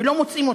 ולא מוצאים אותם.